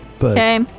Okay